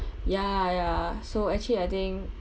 ya ya so actually I think